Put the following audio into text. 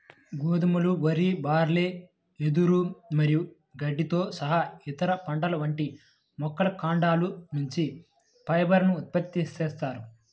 గోధుమలు, వరి, బార్లీ, వెదురు మరియు గడ్డితో సహా ఇతర పంటల వంటి మొక్కల కాండాల నుంచి ఫైబర్ ను ఉత్పత్తి చేస్తారు